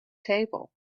table